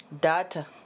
Data